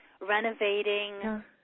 renovating